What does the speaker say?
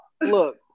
look